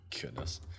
Goodness